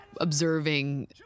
observing